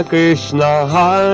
Krishna